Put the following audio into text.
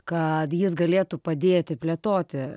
kad jis galėtų padėti plėtoti